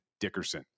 Dickerson